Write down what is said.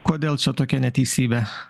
kodėl čia tokia neteisybė